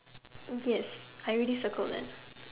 yes I already circled them